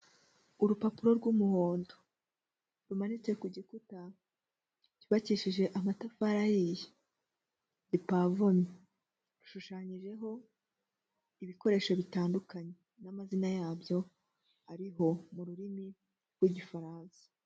Urupapuro rw'umuhondo, rumanitse ku gikuta cyubakishije amatafari ahiye, gipavomye, gishushanyijeho ibikoresho bitandukanye n'amazina yabyo ariho mu rurimi rw'Igifaransa.